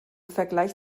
vergleich